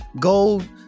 gold